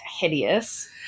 hideous